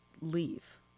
leave